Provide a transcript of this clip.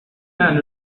man